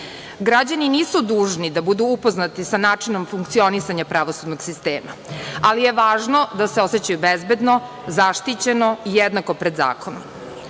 nisu dužni da budu upoznati sa načinom funkcionisanja pravosudnog sistema, ali je važno da se osećaju bezbedno, zaštićeno i jednako pred zakonom.